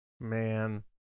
Man